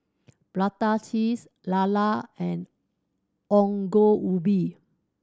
prata cheese lala and Ongol Ubi